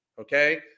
Okay